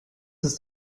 ist